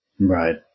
Right